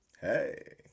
hey